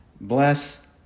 bless